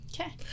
Okay